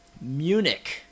munich